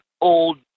old